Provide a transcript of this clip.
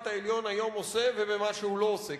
העליון היום עושה ובמה שהוא לא עושה,